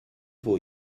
for